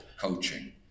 coaching